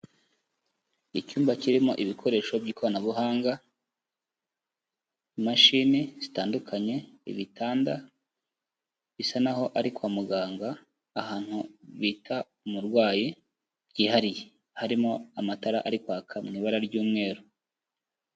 Icyumba kirimo ibikoresho by'ikoranabuhanga, imashini zitandukanye, ibitanda bisa naho ari kwa muganga, ahantu bita ku murwayi byihariye, harimo amatara ari kwaka mu ibara ry'umweru.